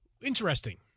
Interesting